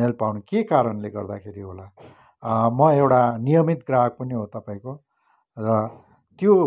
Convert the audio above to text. मेल पाउँन के कारणले गर्दाखेरि होला म एउटा नियमित ग्राहक पनि हो तपाईँको र त्यो